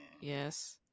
yes